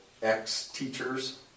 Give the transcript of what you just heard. ex-teachers